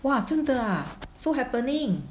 !wah! 真的 ah so happening